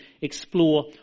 explore